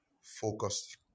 Focus